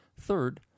Third